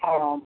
ହଁ